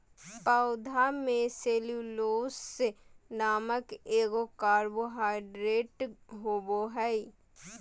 पौधा में सेल्यूलोस नामक एगो कार्बोहाइड्रेट होबो हइ